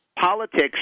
Politics –